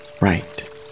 right